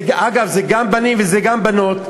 אגב, זה גם בנים וזה גם בנות.